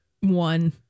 One